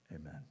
Amen